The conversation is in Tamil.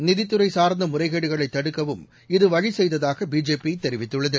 நிதித்துறைசா்ந்தமுறைகேடுகளைதடுக்கவும் இது வழிசெய்ததாகபிஜேபிதெரிவித்துள்ளது